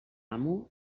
amo